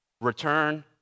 return